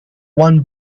one